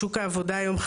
שוק העבודה היום,